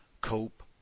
cope